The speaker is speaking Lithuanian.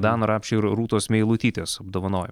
dano rapšio ir rūtos meilutytės apdovanoji